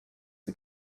the